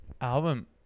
album